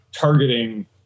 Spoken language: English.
targeting